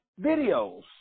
videos